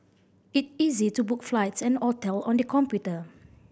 it is easy to book flights and hotel on the computer